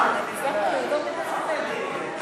קבוצת סיעת המחנה הציוני,